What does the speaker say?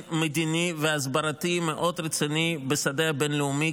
מדיני והסברתי מאוד רציני בשדה הבין-לאומי,